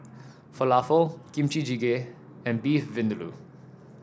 Falafel Kimchi Jjigae and Beef Vindaloo